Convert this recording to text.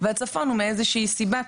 והצפון הוא מאיזושהי סיבה,